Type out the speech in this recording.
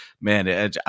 man